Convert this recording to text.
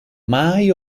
mai